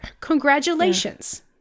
Congratulations